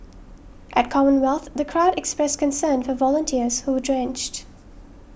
at Commonwealth the crowd expressed concern for volunteers who drenched